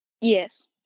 Yes